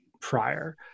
prior